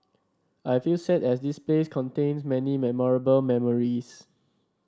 I feel sad as this place contain many memorable memories